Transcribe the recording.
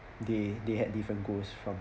they they had different goals from